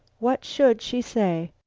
what should she say?